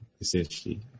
essentially